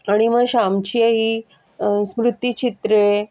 आणि मग श्यामची आई स्मृतीचित्रे